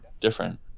different